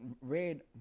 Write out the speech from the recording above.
red